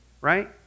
right